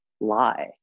lie